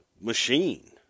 machine